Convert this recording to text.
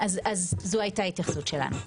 זו הייתה התייחסות שלנו.